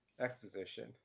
Exposition